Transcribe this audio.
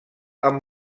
amb